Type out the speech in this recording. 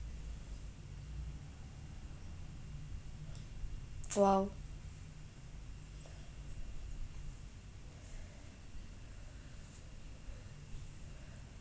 !wow!